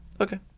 okay